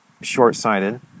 short-sighted